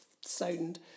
sound